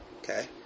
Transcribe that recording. okay